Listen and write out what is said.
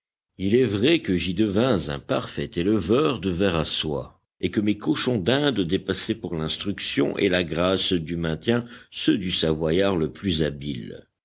il est vrai que j'y devins un parfait éleveur de vers à soie et que mes cochons d'inde dépassaient pour l'instruction et la grâce du maintien ceux du savoyard le plus habile